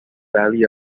valley